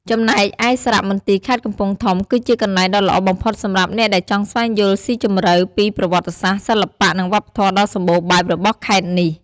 ចំណែកឯសារមន្ទីរខេត្តកំពង់ធំ គឺជាកន្លែងដ៏ល្អបំផុតសម្រាប់អ្នកដែលចង់ស្វែងយល់ស៊ីជម្រៅពីប្រវត្តិសាស្ត្រ សិល្បៈ និងវប្បធម៌ដ៏សម្បូរបែបរបស់ខេត្តនេះ។